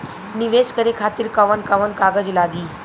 नीवेश करे खातिर कवन कवन कागज लागि?